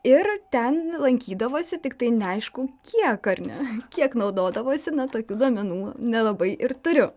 ir ten lankydavosi tiktai neaišku kiek ar ne kiek naudodavosi tokių duomenų nelabai ir turiu